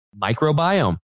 microbiome